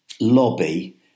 lobby